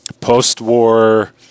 post-war